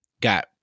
got